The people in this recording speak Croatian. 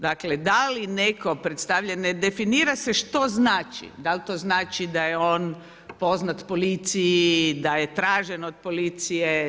Dakle, da li netko predstavlja, ne definira se što znači, da li to znači da je on poznat policiji, da je tražen od policije.